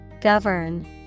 Govern